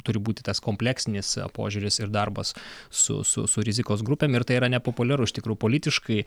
turi būti tas kompleksinis požiūris ir darbas su su rizikos grupėm ir tai yra nepopuliaru iš tikro politiškai